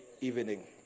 evening